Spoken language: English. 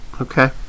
okay